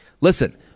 listen